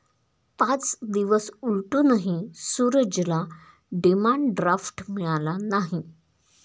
पाच दिवस उलटूनही सूरजला डिमांड ड्राफ्ट मिळाला नाही